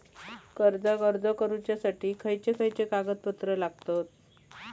कर्जाक अर्ज करुच्यासाठी खयचे खयचे कागदपत्र लागतत